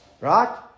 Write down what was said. right